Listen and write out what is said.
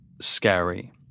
scary